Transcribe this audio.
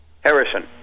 Harrison